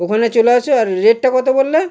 ওখানে চলে আসো আর রেটটা কত বললে